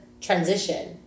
transition